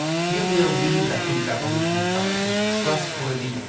you will leave the food revolution summit with trustworthy,